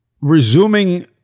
resuming